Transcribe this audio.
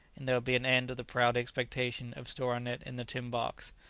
and there would be an end of the proud expectation of storing it in the tin box,